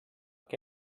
que